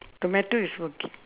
tomato is okay